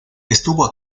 estuvo